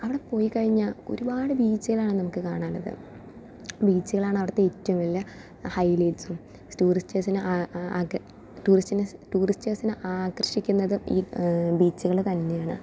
അവിടെ പോയി കഴിഞ്ഞാൽ ഒരു പാട് ബീച്ചുകളാണ് നമുക്ക് കാണാനുള്ളത് ബീച്ചുകളാണ് അവിടുത്തെ ഏറ്റവും വലിയ ഹൈ ലൈറ്റ്സും ടൂറിസ്റ്റേഴ്സിനെ ആകെ ടൂറിനസ്സ് ടൂറിസ്റ്റേഴ്സിനെ ആകർഷിക്കുന്നതും ഈ ബീച്ചുകൾ തന്നെയാണ്